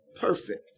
perfect